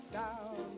down